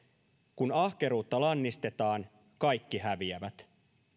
kun ahkeruutta lannistetaan kaikki häviävät